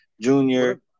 Junior